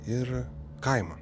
ir kaimą